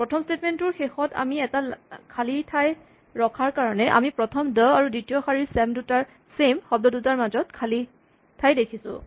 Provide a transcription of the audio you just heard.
প্ৰথম স্টেটমেন্ট টোৰ শেষত আমি এটা খালী ঠাই ৰখাৰ কাৰণে আমি প্ৰথম শাৰীৰ ড আৰু দ্বিতীয় শাৰীৰ ছেম শব্দ দুটাৰ মাজত খালী ঠাই পাইছোঁ